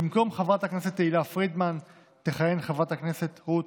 במקום חברת הכנסת תהלה פרידמן תכהן חברת הכנסת רות